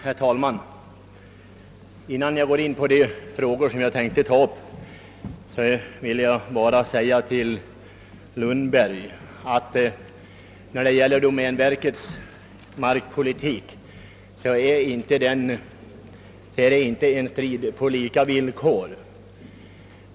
Herr talman! Innan jag går in på de frågor som jag har för avsikt att närmare behandla vill jag bara i fråga om domänverkets markpolitik säga till herr Lundberg, att det därvidlag inte är en strid på lika villkor.